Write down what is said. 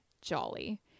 Jolly